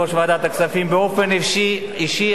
באופן אישי.